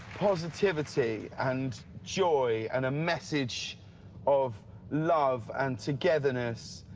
positivity and joy and a message of love and togetherness,